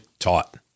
taught